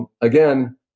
Again